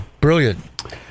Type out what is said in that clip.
Brilliant